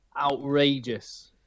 outrageous